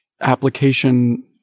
application